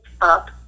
up